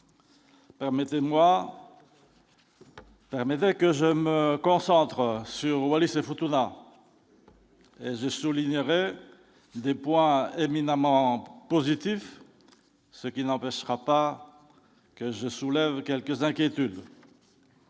permettez-moi que je me concentre sur Wallis et tournant, je soulignerai des points éminemment positif, ce qui n'empêchera pas que je soulève quelques inquiétudes.